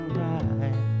right